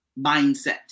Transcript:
mindset